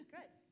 good